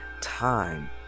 time